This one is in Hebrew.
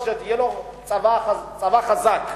שיהיה לו צבא חזק,